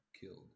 killed